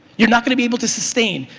you're not gonna be able to sustain.